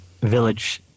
village